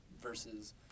versus